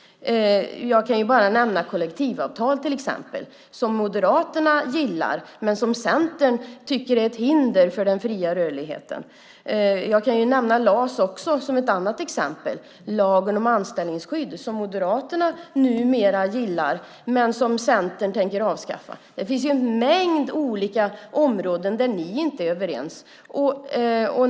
Jag kan nämna kollektivavtal till exempel som Moderaterna gillar men som Centern tycker är ett hinder för den fria rörligheten. Ett annat exempel är LAS - lagen om anställningsskydd - som Moderaterna numera gillar men som Centern tänker avskaffa. Det finns en mängd områden där ni, Anders Borg, inte är överens.